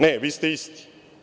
Ne, vi ste isti.